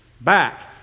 back